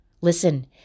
Listen